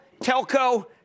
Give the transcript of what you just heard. telco